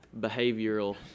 behavioral